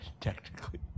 Technically